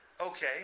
Okay